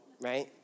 right